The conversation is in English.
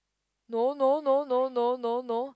no no no no no no no